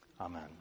Amen